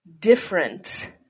different